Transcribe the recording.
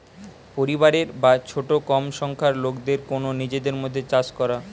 পরিবারের বা ছোট কম সংখ্যার লোকদের কন্যে নিজেদের মধ্যে চাষ করা